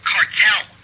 Cartel